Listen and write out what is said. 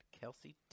Kelsey